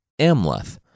Amleth